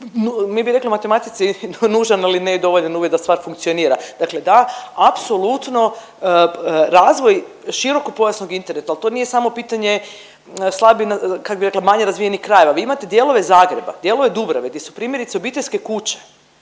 mi bi rekli u matematici, nužan, ali ne i dovoljan uvjet da stvar funkcionira. Dakle da, apsolutno razvoj širokopojasnog interneta, ali to nije samo pitanje slabije, kak bi rekla, manje razvijenih krajeva. Vi imate dijelove Zagreba, dijelove Dubrave gdje su, primjerice, obiteljske kuće